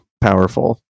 powerful